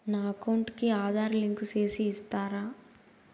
నా అకౌంట్ కు ఆధార్ లింకు సేసి ఇస్తారా?